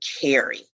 carry